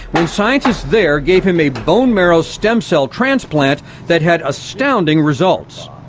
when scientists there gave him a bone marrow stem cell transplant that had astounding results.